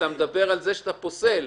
אתה מדבר על זה שאתה פוסל.